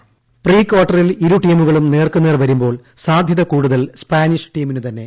voice പ്രീകാർട്ടറിൽ ഇരു ടീമുകളും നേർക്ക് നേർ വരുമ്പോൾ സാധ്യത കൂടുതൽ സ്പാനിഷ് ടീമിന് തന്നെ